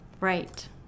Right